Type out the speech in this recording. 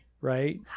right